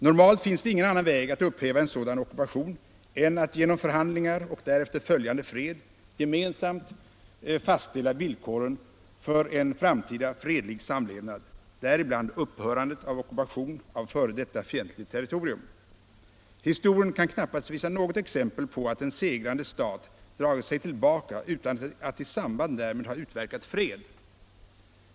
Normalt finns det ingen annan väg att upphäva en sådan ockupation än att genom förhandlingar och därefter följande fred gemensamt fastställa villkoren för en framtida fredlig samlevnad, däribland upphörandet av ockupation av f. d. fientligt territorium. Historien kan knappast visa något exempel på att en segrande stat dragit sig tillbaka utan att i samband därmed ha utverkat fred.